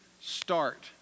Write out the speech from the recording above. start